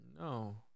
No